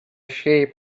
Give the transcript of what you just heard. sheep